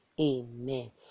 Amen